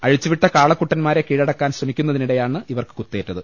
അഴിച്ചുവിട്ട കാള ക്കുട്ടന്മാരെ കീഴടക്കാൻ ശ്രമിക്കുന്നതിനിടെയാണ് ഇവർക്ക് കുത്തേറ്റത്